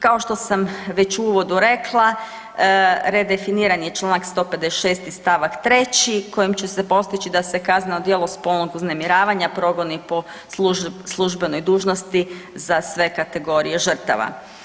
Kao što sam već u uvodu rekla redefiniran je čl. 156. st. 3. kojim će se postići da se kazneno djelo spolnog uznemiravanja progoni po službenoj dužnosti za sve kategorije žrtava.